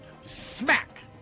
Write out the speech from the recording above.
smack